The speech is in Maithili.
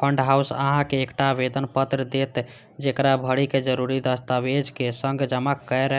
फंड हाउस अहां के एकटा आवेदन पत्र देत, जेकरा भरि कें जरूरी दस्तावेजक संग जमा कैर